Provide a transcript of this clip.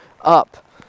up